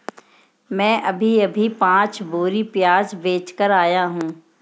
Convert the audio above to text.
मैं अभी अभी पांच बोरी प्याज बेच कर आया हूं